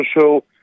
show